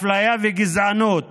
אפליה וגזענות